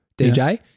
DJ